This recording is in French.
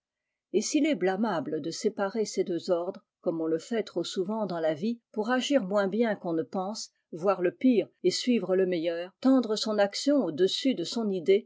et s'il est blâmable de séparer ces deux ordres comme on le fait trop souvent dans la vie pour agir moins bien qu'on ne pense voir le pire et suivre le meilleur tendre son action au-dessus de son idée